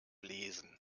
lesen